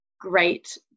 great